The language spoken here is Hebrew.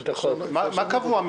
מה קבוע?